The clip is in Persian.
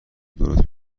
درست